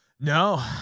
No